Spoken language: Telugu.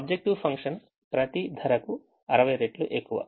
ఆబ్జెక్టివ్ ఫంక్షన్ ప్రతి ధరకు 60 రెట్లు ఎక్కువ